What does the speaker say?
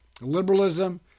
liberalism